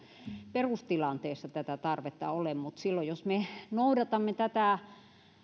perustilanteessa tätä tarvetta ole mutta silloin jos me noudatamme tätä